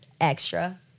Extra